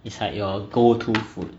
it's like your go to food